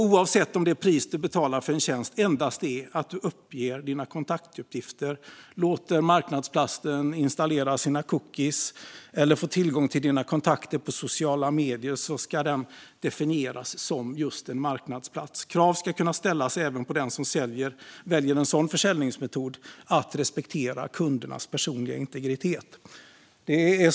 Oavsett om det pris du betalar för en tjänst endast är att du uppger dina kontaktuppgifter eller låter marknadsplatsen installera sina cookies och få tillgång till dina kontakter på sociala medier ska den definieras som en marknadsplats. Krav ska kunna ställas även på den som väljer en sådan försäljningsmetod att respektera kundernas personliga integritet.